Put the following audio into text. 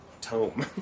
tome